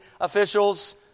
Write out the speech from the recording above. officials